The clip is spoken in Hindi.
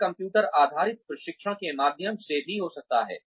यह कंप्यूटर आधारित प्रशिक्षण के माध्यम से भी हो सकता है